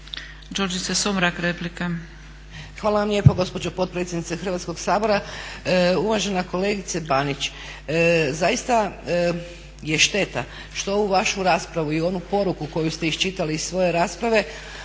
Đurđica (HDZ)** Hvala vam lijepo gospođo potpredsjednice Hrvatskoga sabora. Uvažena kolegice Banić, zaista je šteta što ovu vašu raspravu i onu poruku koju ste iščitali iz svoje rasprave,